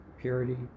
Purity